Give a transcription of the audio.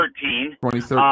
2013